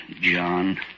John